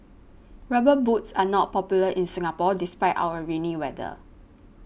rubber boots are not popular in Singapore despite our rainy weather